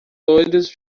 loiros